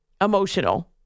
emotional